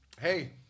Hey